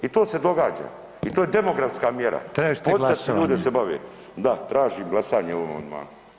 I to se događa i to je demografska mjera [[Upadica: Tražite glasovanje?]] [[Govorni govore istovremeno, ne razumije se.]] ljudi se bave, da tražim glasanje o ovom amandmanu.